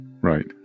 Right